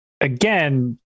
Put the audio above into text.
again